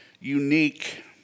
unique